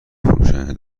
فروشنده